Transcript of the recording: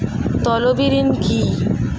তলবি ঋণ কি?